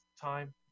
time